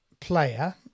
player